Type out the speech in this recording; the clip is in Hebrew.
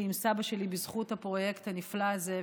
עם סבא שלי בזכות הפרויקט הנפלא הזה.